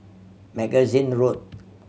Magazine Road